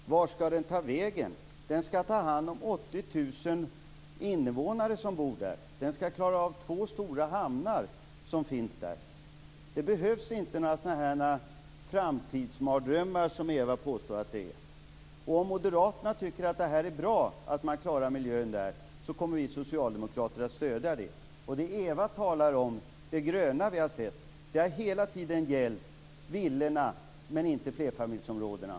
Fru talman! Vart skall den ta vägen? Den skall ta hand om 80 000 invånare som bor där. Den skall klara av två stora hamnar som finns där. Det behövs inte några sådana framtidsmardrömmar som Ewa Larsson påstår att det är. Om Moderaterna tycker att det är bra att man klarar miljön där kommer vi socialdemokrater att stödja det. Det som Ewa Larsson talar om - det gröna som vi har sett - har hela tiden gällt villaområdena men inte områdena med flerfamiljshus.